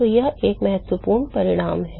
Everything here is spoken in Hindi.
तो यह एक महत्वपूर्ण परिणाम है